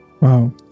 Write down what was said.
Wow